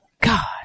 God